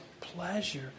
pleasure